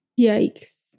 Yikes